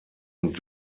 und